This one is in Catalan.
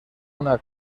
una